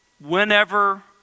whenever